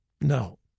No